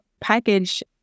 package